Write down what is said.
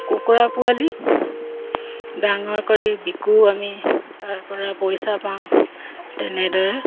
কুকুৰাৰ পোৱালি ডাঙৰ কৰি বিকো আমি তাৰপৰা পইচা পাওঁ তেনেদৰে